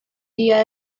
día